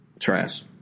trash